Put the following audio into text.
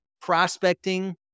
prospecting